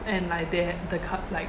and like they have like the co~ like